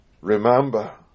Remember